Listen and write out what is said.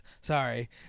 Sorry